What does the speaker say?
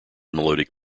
melodic